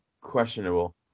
questionable